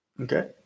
Okay